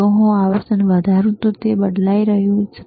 જો હું આવર્તન વધારું તો તે બદલાઈ રહ્યું છે